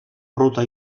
ruta